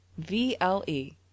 VLE